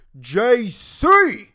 JC